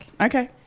Okay